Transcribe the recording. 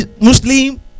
Muslim